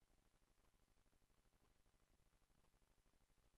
ל' בכסלו בכסלו התשע"ד,